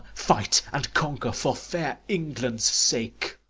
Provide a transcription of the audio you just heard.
fight, and conquer, for fair england's sake!